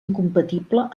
incompatible